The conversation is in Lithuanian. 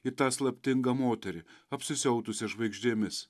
į tą slaptingą moterį apsisiautusią žvaigždėmis